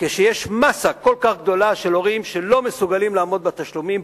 כשיש מאסה כל כך גדולה של הורים שלא מסוגלים לעמוד בתשלומים,